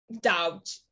doubt